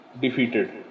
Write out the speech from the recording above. defeated